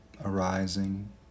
arising